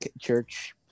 church